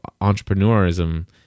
entrepreneurism